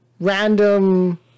random